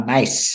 Nice